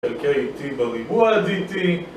חלקי T בריבוע DT